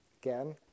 again